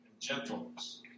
gentleness